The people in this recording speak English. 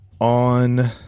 on